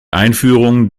einführung